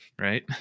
Right